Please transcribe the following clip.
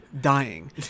dying